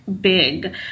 big